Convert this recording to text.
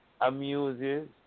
amuses